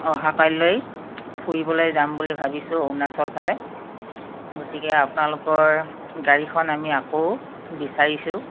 অহা কালিলৈ ফুৰিবলৈ যাম বুলি ভাবিছোঁ অৰুণাচলৰ ফালে গতিকে আপোনালোকৰ গাড়ীখন আমি আকৌ বিচাৰিছোঁ